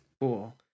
cool